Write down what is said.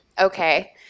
Okay